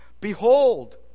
Behold